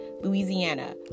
Louisiana